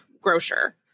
Grocer